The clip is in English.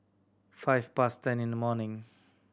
five past ten in the morning